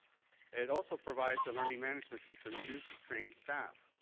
it also provides the learning management system used to train staff,